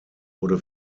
wurde